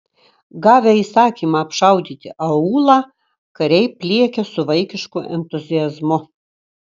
gavę įsakymą apšaudyti aūlą kariai pliekia su vaikišku entuziazmu